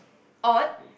odd